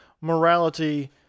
morality